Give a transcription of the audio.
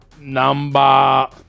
number